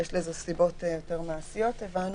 ויש לזה סיבות יותר מעשיות כפי שהבנו